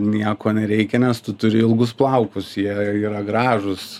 nieko nereikia nes tu turi ilgus plaukus jie yra gražūs